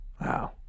wow